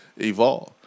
evolve